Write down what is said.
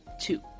two